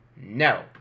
No